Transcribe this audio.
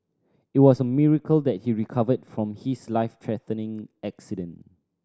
it was a miracle that he recovered from his life threatening accident